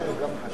זה גם חשוב.